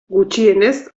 gutxienez